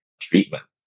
treatments